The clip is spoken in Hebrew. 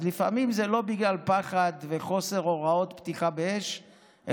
אז לפעמים זה לא בגלל פחד וחוסר הוראות פתיחה באש,